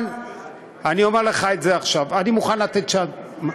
אבל אני אומר לך עכשיו, אני מוכן לתת צ'אנס.